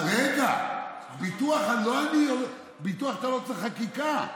ביטוח, אתה לא צריך חקיקה.